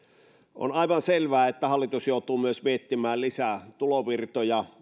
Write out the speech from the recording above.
on aivan selvää että hallitus joutuu myös miettimään lisätulovirtoja